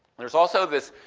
there's also this,